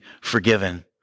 forgiven